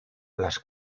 las